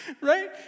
Right